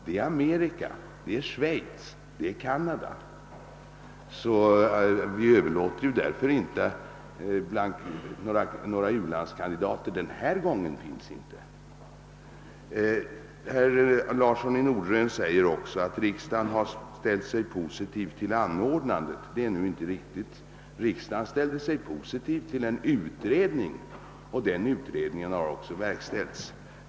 De länder som är aktuella är USA, Schweiz och Canada. Några u-landskandidater finns alltså inte denna gång. Herr Larsson i Norderön säger också att riksdagen ställt sig positiv till Sveriges anordnande av de olympiska vinterspelen. Det är nu inte riktigt. Riksdagen ställde sig positiv till en utredning, och denna har också verkställts.